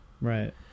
Right